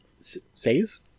says